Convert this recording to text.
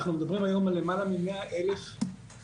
אנחנו מדברים היום על למעלה מ-100,000 פועלים